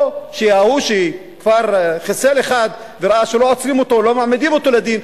או שההוא שכבר חיסל אחד וראה שלא עוצרים אותו ולא מעמידים אותו לדין,